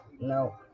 No